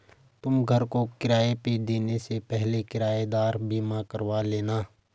तुम घर को किराए पे देने से पहले किरायेदार बीमा करवा लेना